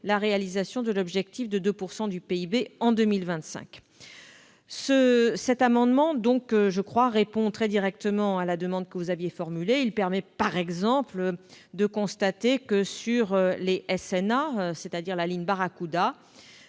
la réalisation de l'objectif de 2 % du PIB en 2025. Cet amendement me paraît donc répondre très directement à la demande que vous aviez formulée. Il permet, par exemple, de constater que, sur les SNA, les sous-marins nucléaires